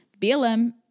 BLM